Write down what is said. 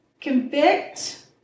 convict